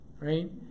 right